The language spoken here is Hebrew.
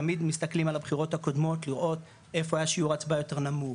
תמיד מסתכלים על הבחירות הקודמות לראות איפה היה שיעור הצבעה יותר נמוך,